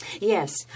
Yes